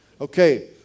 okay